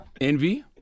envy